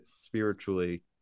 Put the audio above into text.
spiritually